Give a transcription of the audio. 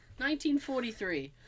1943